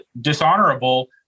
dishonorable